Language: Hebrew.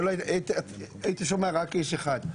היית שומע רק איש אחד.